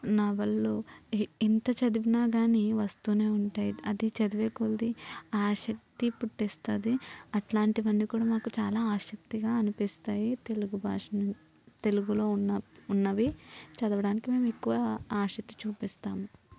నవళ్ళు ఇ ఇంత చదివినా కానీ వస్తూనే వుంటాయి అది చదివే కొద్ది ఆశక్తి పుట్టిస్తుంది అట్లాంటివన్ని కూడా మాకు చాలా ఆశక్తిగా అనిపిస్తాయి తెలుగు భాషలో తెలుగులో ఉన్న ఉన్నవి చదవడానికి మేము ఎక్కువ ఆశక్తి చూపిస్తాం